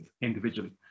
individually